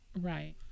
Right